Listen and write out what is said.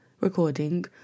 recording